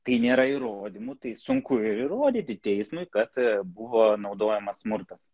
kai nėra įrodymų tai sunku ir įrodyti teismui kad buvo naudojamas smurtas